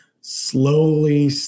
slowly